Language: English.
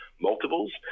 multiples